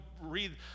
read